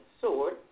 sword